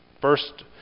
first